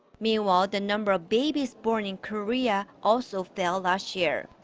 meanwhile, the number of babies born in korea also fell last year.